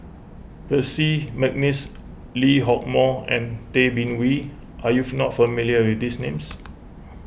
Percy McNeice Lee Hock Moh and Tay Bin Wee are you not familiar with these names